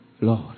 Lord